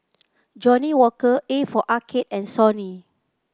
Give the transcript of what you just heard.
Johnnie Walker A for Arcade and Sony